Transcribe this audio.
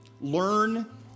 Learn